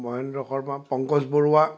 Mahendra Sharma Pankaj Barua